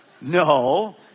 No